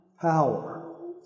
power